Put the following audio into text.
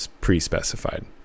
pre-specified